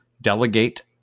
delegate